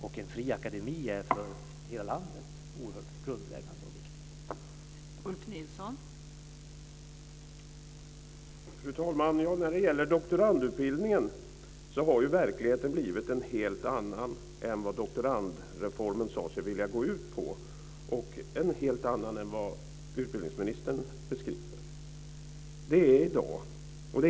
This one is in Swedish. Och en fri akademi är för hela landet oerhört grundläggande och viktigt.